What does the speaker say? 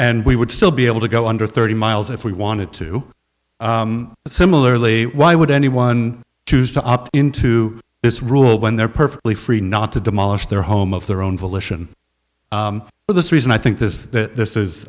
and we would still be able to go under thirty miles if we wanted to similarly why would anyone choose to opt into this rule when they're perfectly free not to demolish their home of their own volition for this reason i think this is